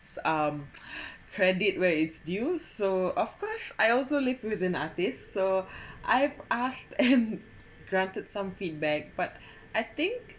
credit where it's due so of course I also live with an artist so I have asked him granted some feedback but I think